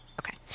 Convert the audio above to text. Okay